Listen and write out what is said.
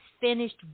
finished